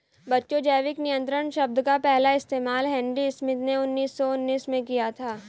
बच्चों जैविक नियंत्रण शब्द का पहला इस्तेमाल हेनरी स्मिथ ने उन्नीस सौ उन्नीस में किया था